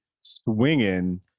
swinging